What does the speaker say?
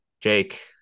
jake